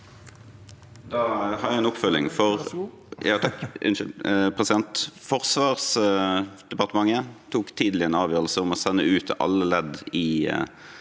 Da har jeg en oppføl- ging, for Forsvarsdepartementet tok tidlig en avgjørelse om å sende ut beskjed